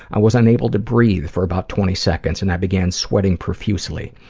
i was unable to breathe for about twenty seconds and i began sweating profusely.